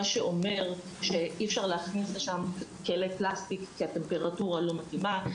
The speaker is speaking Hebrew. מה שאומר שאי אפשר להכניס לשם כלי פלסטיק כי הטמפרטורה לא מתאימה,